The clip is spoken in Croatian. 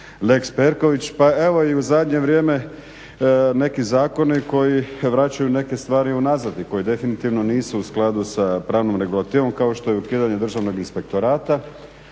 lex Perković. Pa evo i u zadnje vrijeme neke zakone koji vraćaju neke stvari unazad i koji definitivno nisu u skladu sa pravnom regulativom kao što je ukidanje Državnog inspektorata